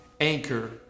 anchor